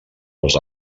als